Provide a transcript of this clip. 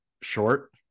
short